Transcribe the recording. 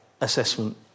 assessment